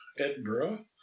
Edinburgh